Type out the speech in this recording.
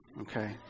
Okay